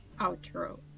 outro